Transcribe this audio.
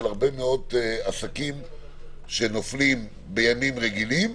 הרבה מאוד עסקים שנופלים בימים רגילים,